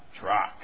truck